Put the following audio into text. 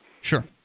Sure